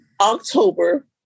October